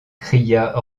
cria